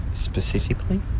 specifically